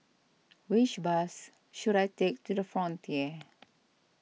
which bus should I take to the Frontier